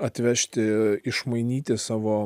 atvežti išmainyti savo